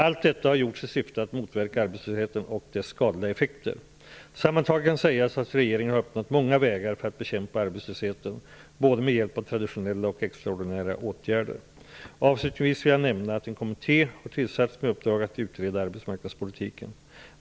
Allt detta har gjorts i syfte att motverka arbetslösheten och dess skadliga effekter. Sammantaget kan sägas att regeringen har öppnat många vägar för att bekämpa arbetslösheten både med hjälp av traditionella och extraordinära åtgärder. Avslutningsvis vill jag nämna att en kommitté har tillsatts med uppdrag att utreda arbetsmarknadspolitiken.